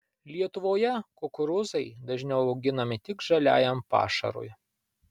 lietuvoje kukurūzai dažniau auginami tik žaliajam pašarui